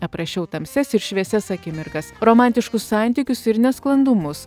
aprašiau tamsias ir šviesias akimirkas romantiškus santykius ir nesklandumus